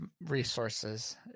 resources